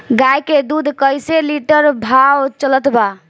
गाय के दूध कइसे लिटर भाव चलत बा?